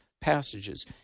passages